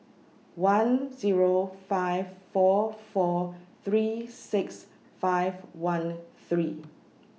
one Zero five four four three six five one three